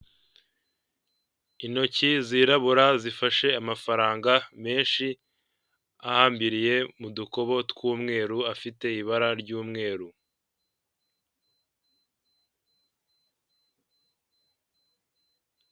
Intoki zirabura, zifashe amafaranga menshi, ahambiriye mu dukobo tw'umweru, afite ibara ry'umweru.